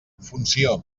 funció